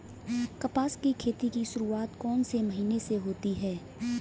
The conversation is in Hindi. कपास की खेती की शुरुआत कौन से महीने से होती है?